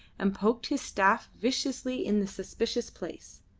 and poked his staff viciously in the suspicious place.